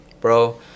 bro